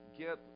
get